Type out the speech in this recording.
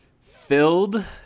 filled